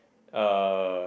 uh